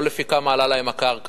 לא לפי כמה עלתה הקרקע,